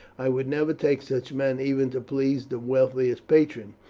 i would never take such men, even to please the wealthiest patron.